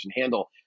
handle